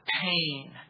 pain